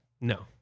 No